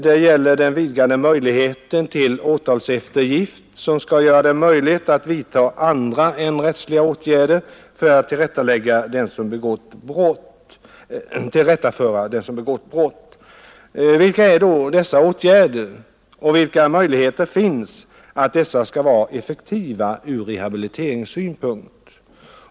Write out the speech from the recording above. Det gäller den vidgade möjligheten till åtalseftergift som skall göra det möjligt att vidta andra än rättsliga åtgärder för att tillrättaföra den som begått brott. Vilka är då dessa åtgärder och vilka möjligheter finns för att de skall vara effektiva ur rehabiliteringssynpunkt?